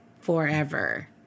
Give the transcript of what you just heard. forever